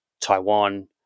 Taiwan